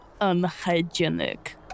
unhygienic